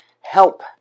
help